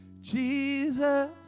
Jesus